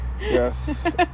Yes